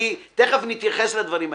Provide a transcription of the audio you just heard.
תיכף נתייחס לדברים האלה,